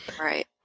right